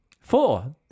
four